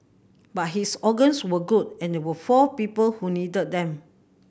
but his organs were good and there were four people who needed them